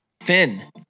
Finn